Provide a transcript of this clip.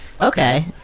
Okay